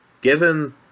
given